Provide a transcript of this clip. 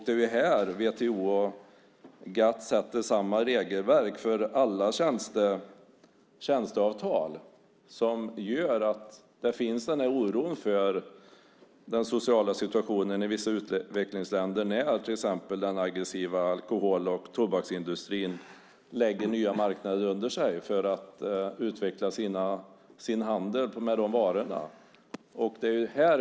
Det är att WTO och GATS sätter samma regelverk för alla tjänsteavtal som gör att den här oron finns för den sociala situationen i vissa utvecklingsländer, när till exempel den aggressiva alkohol och tobaksindustrin lägger nya marknader under sig för att utveckla sin handel med de varorna.